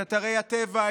את אתרי הטבע,